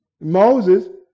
Moses